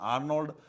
Arnold